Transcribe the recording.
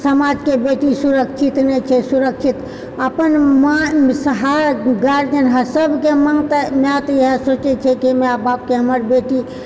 समाजके बेटी सुरक्षित नहि छै सुरक्षित अपन मन सबके मन तऽ माए तऽ इहए सोचै छै कि माए बापके हमर बेटी